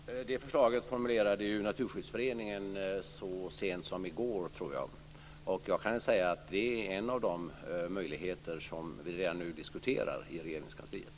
Fru talman! Det förslaget formulerade Naturskyddsföreningen så sent som i går, och jag kan säga att det är en av de möjligheter som vi redan nu diskuterar i Regeringskansliet.